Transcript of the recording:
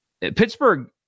Pittsburgh